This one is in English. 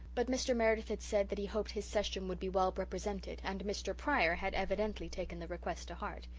but mr. meredith had said that he hoped his session would be well represented, and mr. pryor had evidently taken the request to heart.